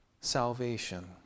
salvation